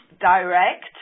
direct